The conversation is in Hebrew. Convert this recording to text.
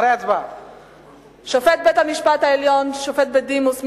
שופט-בית המשפט העליון בדימוס,